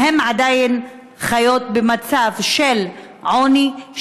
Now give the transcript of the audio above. אם הן עדיין חיות במצב של עוני,